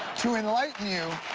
to enlighten you,